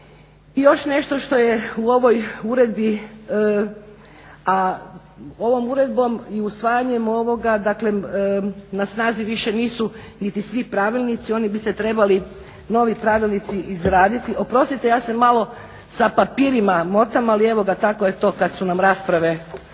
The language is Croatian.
Još nešto što je u ovoj Uredbi a ovom Uredbom i usvajanjem ovoga dakle na snazi više nisu niti svi pravilnici, oni bi se trebali novi pravilnici izraditi, oprostite ja se malo sa papirima motam ali evo ga tako je to kada su nam rasprave